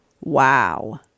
Wow